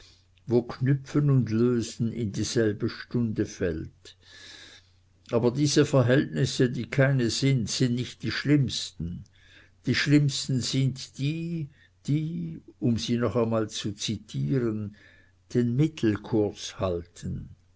knüpfen und lösen in dieselbe stunde fällt aber diese verhältnisse die keine sind sind nicht die schlimmsten die schlimmsten sind die die um sie noch mal zu zitieren den mittelkurs halten